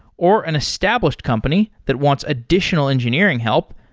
or an established company that wants additional engineering help,